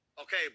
Okay